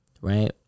Right